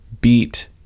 beat